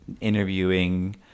interviewing